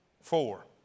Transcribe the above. four